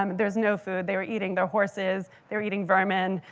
um there was no food. they were eating their horses. they were eating vermin.